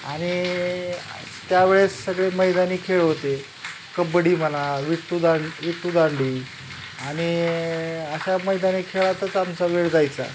आणि त्यावेळेस सगळे मैदानी खेळ होते कबड्डी म्हणा विटूदां विटूदांडी आणि अशा मैदानी खेळातच आमचा वेळ जायचा